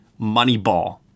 Moneyball